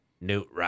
Newt